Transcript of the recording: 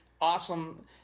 awesome